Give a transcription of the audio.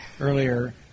earlier